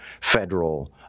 federal